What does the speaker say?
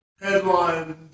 headlines